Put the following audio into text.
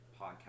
podcast